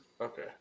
Okay